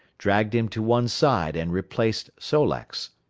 dragged him to one side and replaced sol-leks.